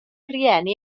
rieni